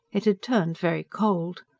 it had turned very cold.